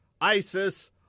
ISIS